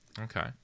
Okay